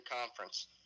Conference